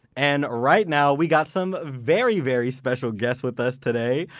and right now, we got some very, very special guests with us today.